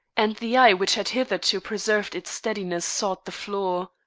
and the eye which had hitherto preserved its steadiness sought the floor.